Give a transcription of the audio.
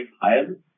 higher